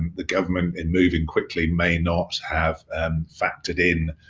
the government in moving quickly may not have factored in